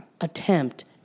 attempt